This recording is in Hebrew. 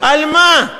על מה?